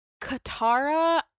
Katara